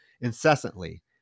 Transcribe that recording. incessantly